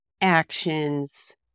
actions